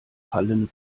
fallen